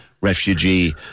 refugee